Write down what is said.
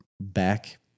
back